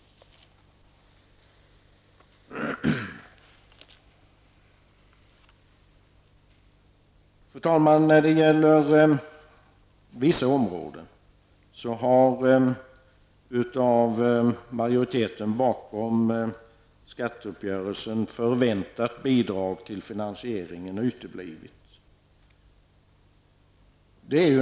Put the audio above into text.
Fru talman! På vissa områden har av majoriteten bakom skatteuppgörelsen förväntade bidrag till finansieringen uteblivit.